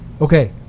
Okay